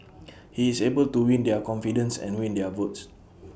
he is able to win their confidence and win their votes